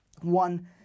one